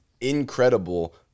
incredible